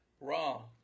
raw